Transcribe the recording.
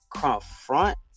confront